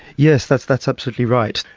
yes, that's that's absolutely right.